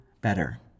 better